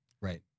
Right